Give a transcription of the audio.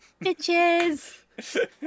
Bitches